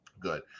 Good